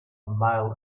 mile